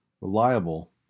reliable